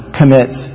commits